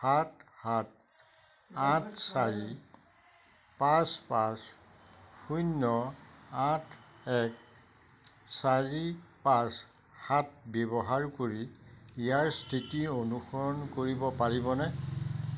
সাত সাত আঠ চাৰি পাঁচ পাঁচ শূন্য আঠ এক চাৰি পাঁচ সাত ব্যৱহাৰ কৰি ইয়াৰ স্থিতি অনুসৰণ কৰিব পাৰিবনে